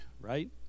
Right